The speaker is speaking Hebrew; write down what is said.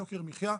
יוקר מחיה.